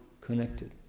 connected